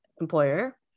employer